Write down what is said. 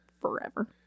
forever